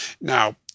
Now